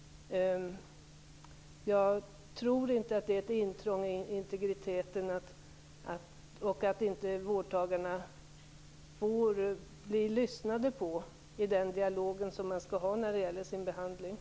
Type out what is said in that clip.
Jag tror inte att det är ett intrång i integriteten eller att vårdtagarna inte blir hörda i den dialog man skall ha om behandlingen.